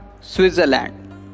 Switzerland